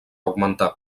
augmentar